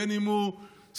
בין אם הוא סטודנט,